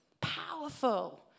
Powerful